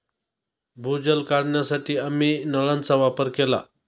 भूजल काढण्यासाठी आम्ही नळांचा वापर केला